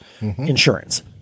Insurance